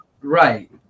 Right